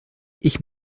ich